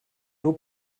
nur